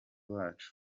wacu